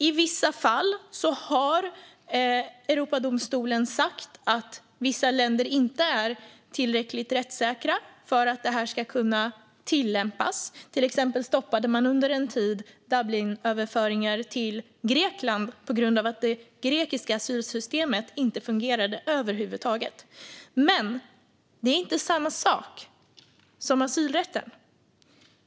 I vissa fall har Europadomstolen sagt att vissa länder inte är tillräckligt rättssäkra för att detta ska kunna tillämpas. Man stoppade till exempel under en tid Dublinöverföringar till Grekland på grund av att det grekiska asylsystemet inte fungerade över huvud taget. Men det är inte samma sak som asylrätten.